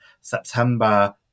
September